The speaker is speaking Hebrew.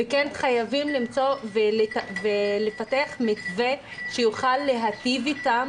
וכן חייבים למצוא ולפתח מתווה שיוכל להיטיב אתם